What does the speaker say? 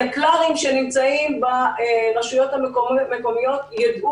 ה-יקל"רים שנמצאים ברשויות המקומיות יידעו